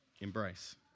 embrace